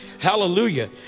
Hallelujah